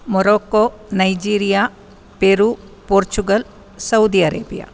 Morocco Nigeria Peru Portugal Saudi अरेबिय